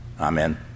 Amen